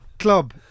club